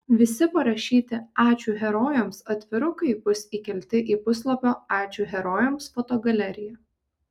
visi parašyti ačiū herojams atvirukai bus įkelti į puslapio ačiū herojams fotogaleriją